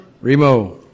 Remo